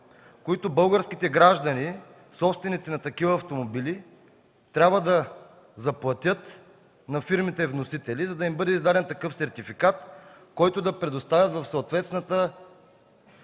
които българските граждани, собственици на такива автомобили, трябва да заплатят на фирмите-вносители, за да им бъде издаден такъв сертификат, който да предоставят в съответната данъчна